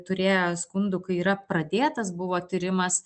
turėję skundų kai yra pradėtas buvo tyrimas